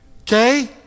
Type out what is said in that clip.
Okay